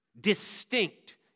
distinct